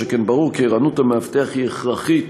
שכן ברור כי ערנות המאבטח הכרחית